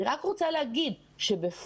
אני רק רוצה להגיד שבפועל,